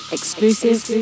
Exclusive